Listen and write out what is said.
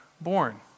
born